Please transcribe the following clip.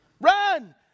run